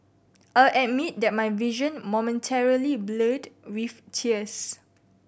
I'll admit that my vision momentarily blurred with tears